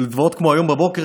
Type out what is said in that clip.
ולזוועות כמו היום בבוקר,